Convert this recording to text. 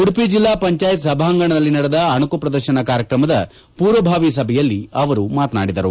ಉಡುಪಿ ಜಿಲ್ಲಾ ಪಂಜಾಯತ್ ಸಭಾಂಗಣದಲ್ಲಿ ನಡೆದ ಅಣಕು ಪ್ರದರ್ಶನ ಕಾರ್ಯಕ್ರಮದ ಪೂರ್ವಭಾವಿ ಸಭೆಯಲ್ಲಿ ಅವರು ಮಾತನಾಡಿದರು